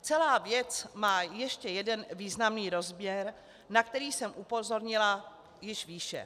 Celá věc má ještě jeden významný rozměr, na který jsem upozornila již výše.